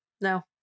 No